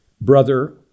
brother